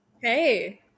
Hey